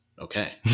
Okay